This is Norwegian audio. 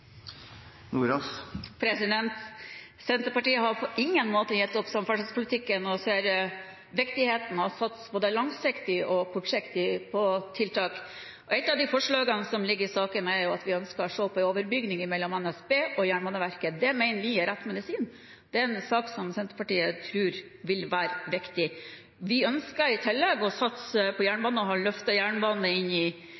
Har Senterpartiet gitt opp? Senterpartiet har på ingen måte gitt opp samferdselspolitikken, og ser viktigheten av å satse både langsiktig og kortsiktig på tiltak. Et av forslagene som ligger i saken, er at vi ønsker å se på en overbygning mellom NSB og Jernbaneverket. Det mener vi er rett medisin. Det er en sak som Senterpartiet tror vil være viktig. Vi ønsker i tillegg å satse på jernbanen, vi løftet jernbanen inn i